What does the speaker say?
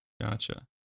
Gotcha